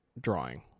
drawing